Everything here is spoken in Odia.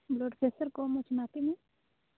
ବ୍ଲଡ଼୍ ପ୍ରେସର୍ କମ୍ ଅଛି ମାପି ଲୁ